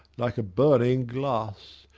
like a burning glass,